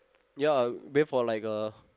ya bathe for like a